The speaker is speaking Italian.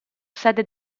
sede